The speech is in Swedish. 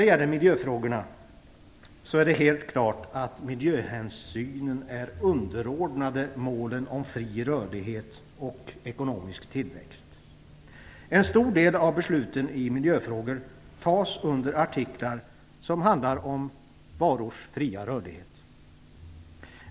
Det är helt klart att miljöhänsynen är underordnade målen om fri rörlighet och ekonomisk tillväxt. En stor del av besluten i miljöfrågor tas under artiklar som handlar om varors fria rörlighet.